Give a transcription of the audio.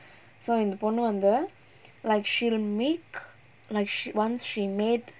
so இந்த பொண்ணு வந்து:intha ponnu vanthu like she'll make like she once she made